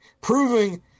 proving